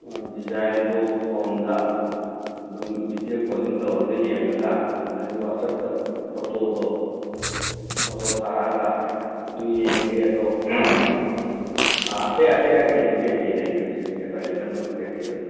ꯗꯤꯖꯥꯏꯟꯗꯣ ꯐꯣꯟꯗ ꯑꯗꯨꯝ ꯕꯤꯗꯤꯌꯣ ꯀꯣꯜꯂꯤꯡ ꯇꯧꯔꯒ ꯌꯦꯡꯉꯒ ꯑꯗꯒꯤ ꯋꯥꯆꯞꯇ ꯐꯣꯇꯣꯗꯣ ꯐꯣꯇꯣ ꯊꯥꯔꯛꯑꯒ ꯌꯦꯡꯒꯦ ꯑꯗꯣ ꯑꯇꯩ ꯑꯇꯩ ꯑꯥꯏꯇꯦꯝꯗꯤ ꯀꯔꯤ ꯀꯔꯤ ꯂꯩꯒꯦ ꯍꯧꯖꯤꯛ ꯍꯧꯖꯤꯛ ꯑꯦꯕꯥꯏꯂꯦꯕꯜ ꯑꯣꯏꯕ ꯀꯔꯤ ꯀꯔꯤ ꯑꯣꯏ